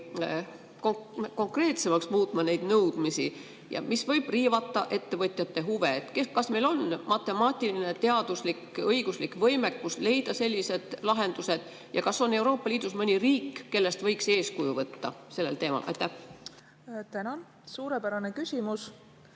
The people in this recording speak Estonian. konkreetsemaks muutma neid nõudmisi, aga see võib riivata ettevõtjate huve. Kas meil on matemaatiline, teaduslik ja õiguslik võimekus leida sellised lahendused? Ja kas on Euroopa Liidus mõni riik, kellest võiks eeskuju võtta sellel teemal? Aitäh! Lugupeetud